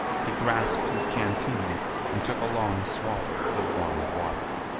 he grasped his canteen and took a long swallow of the warmed water.